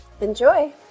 Enjoy